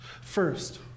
First